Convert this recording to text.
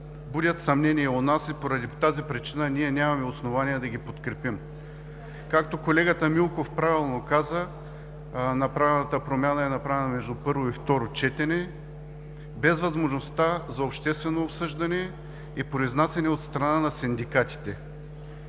будят съмнение у нас и поради тази причина ние нямаме основание да ги подкрепим. Както колегата Милков правилно каза, направената промяна е направена между първо и второ четене без възможността за обществено обсъждане и произнасяне от страна на синдикатите.